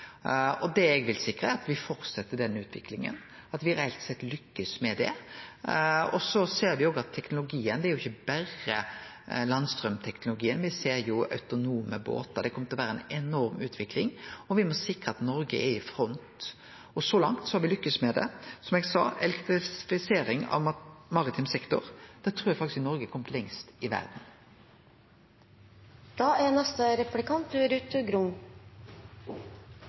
Det eg vil sikre, er at me held fram med denne utviklinga, at me rett og slett lykkast med det. Me ser òg at teknologien ikkje berre blir landstraumteknologien; me ser jo autonome båtar. Det kjem til å vere ei enorm utvikling, og me må sikre at Noreg er i front . Så langt har me lykkast med det. Som eg sa: Innan elektrifisering av maritim sektor trur eg faktisk Noreg har kome lengst i verda. Arbeiderpartiet er